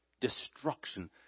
destruction